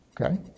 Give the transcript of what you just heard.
Okay